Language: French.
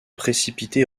précipité